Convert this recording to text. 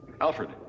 Alfred